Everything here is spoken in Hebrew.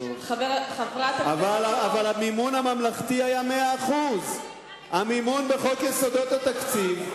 75% אבל המימון הממלכתי היה 100%. המימון בחוק יסודות התקציב,